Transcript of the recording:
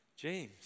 James